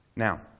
Now